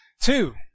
Two